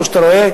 כמו שאתה רואה,